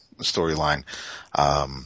storyline